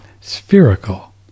spherical